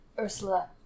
Ursula